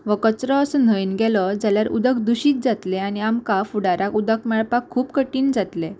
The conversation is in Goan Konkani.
गेलो जाल्यार उदक दुशीत जातले आनी आमकां फुडाराक उदक मेळपाक खूब कठीण जातले